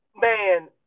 man